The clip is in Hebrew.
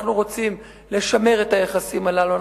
אנחנו רוצים לשמר את היחסים הללו,